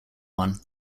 one